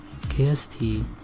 KST